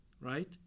right